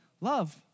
Love